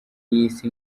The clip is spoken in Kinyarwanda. y’isi